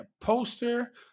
poster